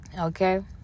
okay